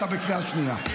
אתה בקריאה שנייה.